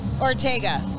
Ortega